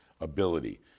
ability